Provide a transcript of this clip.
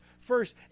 First